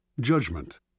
Judgment